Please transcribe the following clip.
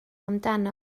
amdano